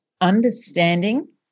understanding